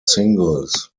singles